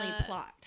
plot